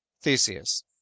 theseus